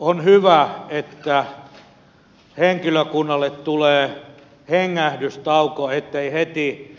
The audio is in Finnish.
on hyvä että henkilökunnalle tulee hengähdystauko ettei heti